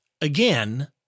again